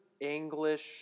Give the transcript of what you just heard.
English